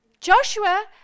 Joshua